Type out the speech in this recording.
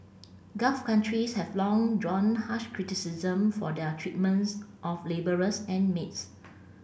gulf countries have long drawn harsh criticism for their treatments of labourers and maids